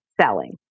selling